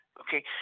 Okay